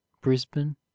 brisbane